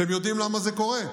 אתם יודעים למה זה קורה?